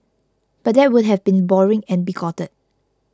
but that would have been boring and bigoted